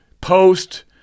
post